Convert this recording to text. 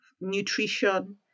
nutrition